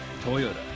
Toyota